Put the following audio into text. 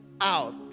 out